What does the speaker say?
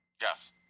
yes